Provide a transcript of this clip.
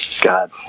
God